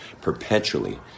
perpetually